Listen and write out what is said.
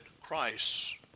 Christ